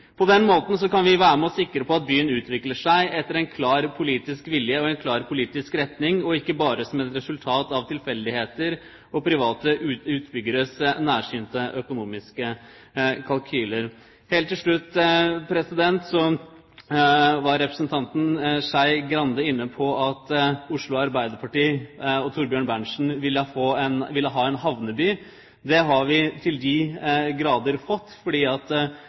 På den måten kan vi være med på å sikre at byen utvikler seg etter en klar politisk vilje og en klar politisk retning, og ikke bare som et resultat av tilfeldigheter og private utbyggeres nærsynte økonomiske kalkyler. Helt til slutt: Representanten Skei Grande var inne på at Oslo Arbeiderparti og Thorbjørn Berntsen ville ha en havneby. Det har vi til de grader fått, fordi Oslo Arbeiderparti innser at